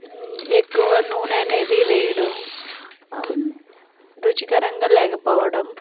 ఎక్కువ నూనె అనేది వేయడం రుచికరంగా లేకపోవడం